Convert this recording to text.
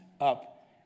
up